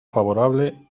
favorable